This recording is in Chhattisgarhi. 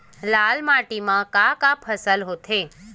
लाल माटी म का का फसल होथे?